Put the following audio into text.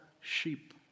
sheep